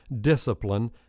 discipline